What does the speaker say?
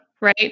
Right